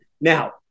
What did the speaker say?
Now